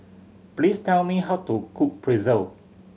please tell me how to cook Pretzel